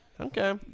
Okay